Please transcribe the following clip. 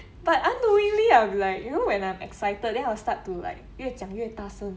but unknowingly I'll be like you know when I'm excited then I'll start to like 越讲越大声